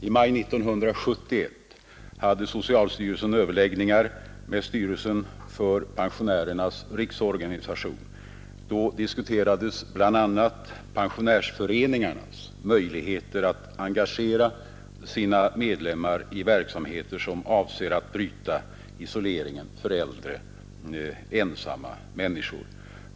I maj 1971 hade socialstyrelsen överläggningar med styrelsen för Pensionärernas riksorganisation. Då diskuterades bl.a. pensionärsföreningarnas möjligheter att engagera sina medlemmar i verksamheter som avser att bryta isoleringen för äldre, ensamma människor.